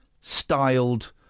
styled